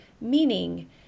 meaning